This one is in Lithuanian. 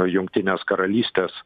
jungtinės karalystės